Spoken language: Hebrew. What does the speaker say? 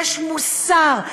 יש מוסר,